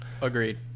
agreed